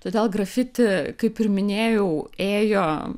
todėl grafiti kaip ir minėjau ėjo